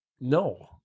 No